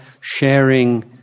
sharing